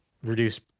reduce